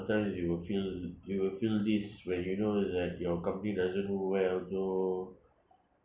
you will feel you will feel this when you know like your company doesn't know so well so